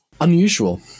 Unusual